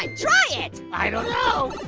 ah try it. i don't know.